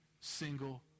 single